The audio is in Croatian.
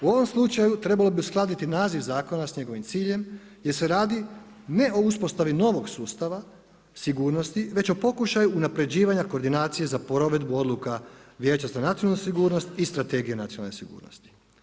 U ovom slučaju, trebalo bi uskladiti naziv zakona s njegovim ciljem jer se radi ne o uspostavi novog sustava sigurnosti već o pokušaju unapređivanja koordinacije za provedbu odluka Vijeća za nacionalu sigurnost i Strategije nacionalne sigurnosti.